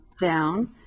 down